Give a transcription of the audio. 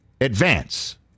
advance